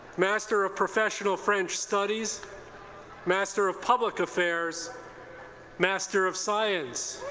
master of professional french studies master of public affairs master of science